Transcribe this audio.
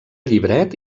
llibret